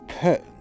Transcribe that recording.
put